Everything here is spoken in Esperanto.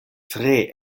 tre